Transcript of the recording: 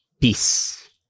peace